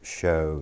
show